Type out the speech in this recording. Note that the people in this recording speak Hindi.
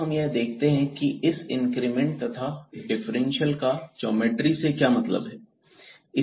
अब हम यह देखते हैं की इस इंक्रीमेंट तथा डिफरेंशियल का ज्योमेट्री में क्या मतलब है